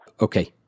Okay